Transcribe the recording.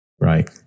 right